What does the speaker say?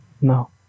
No